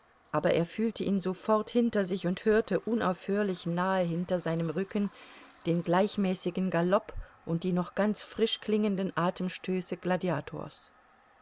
aber er fühlte ihn sofort hinter sich und hörte unaufhörlich nahe hinter seinem rücken den gleichmäßigen galopp und die noch ganz frisch klingenden atemstöße gladiators